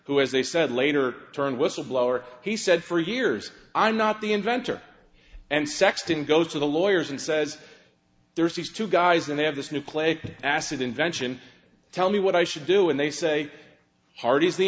who as they said later turned whistleblower he said for years i'm not the inventor and sexton goes to the lawyers and says there's these two guys and they have this nucleic acid invention tell me what i should do and they say hardy is the